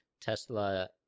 Tesla